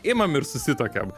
imam ir susituokiam